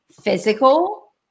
physical